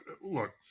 Look